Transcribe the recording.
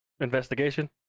Investigation